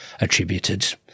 attributed